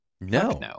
no